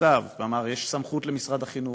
במכתב ואמר: יש סמכות למשרד החינוך,